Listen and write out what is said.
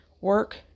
work